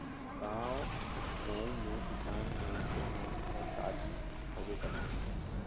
गाँव गंवई मे किसान मइनसे मन घर टागी होबे करथे